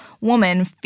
woman